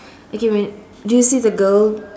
okay when do you see the girl